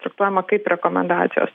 traktuojama kaip rekomendacijos